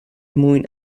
mwyn